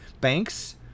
Banks